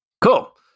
Cool